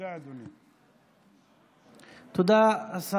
תודה אדוני.